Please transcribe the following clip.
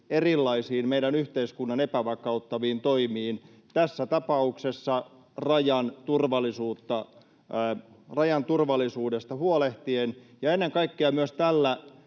erilaisiin meidän yhteiskunnan epävakauttaviin toimiin, tässä tapauksessa rajan turvallisuudesta huolehtien, ja ennen kaikkea myös tällä